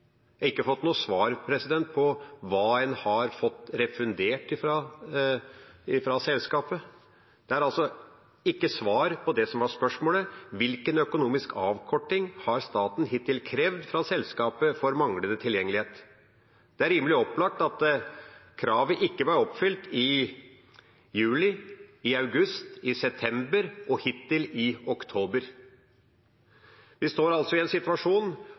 ikke fått noe svar på hva en har fått refundert fra selskapet. Det er altså ikke svar på det som var spørsmålet: Hvilken økonomisk avkorting har staten hittil krevd fra selskapet for manglende tilgjengelighet? Det er rimelig opplagt at kravet ikke var oppfylt i juli, i august, i september og hittil i oktober. Vi står altså i en situasjon